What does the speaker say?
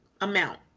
amount